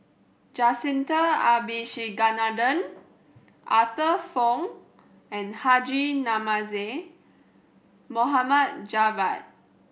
Jacintha Abisheganaden Arthur Fong and Haji Namazie Javad